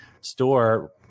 store